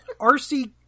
RC